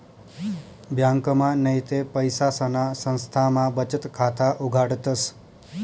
ब्यांकमा नैते पैसासना संस्थामा बचत खाता उघाडतस